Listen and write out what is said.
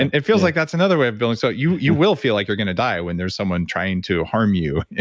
and it feels like that's another way of building. so you you will feel like you're going to die when there's someone trying to harm you,